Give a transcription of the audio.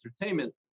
entertainment